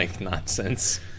nonsense